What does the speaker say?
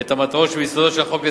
ואת המטרות שביסודו של החוק,